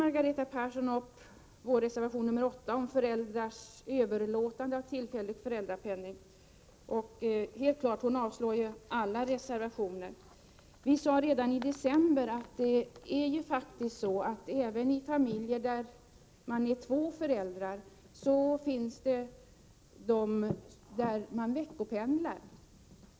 Margareta Persson tog sedan upp vår reservation 8 om överlåtande av tillfällig föräldrapenning, och det är klart att hon yrkar avslag på alla reservationer. Vi sade redan i december att det även i familjer med två föräldrar finns fall där man veckopendlar.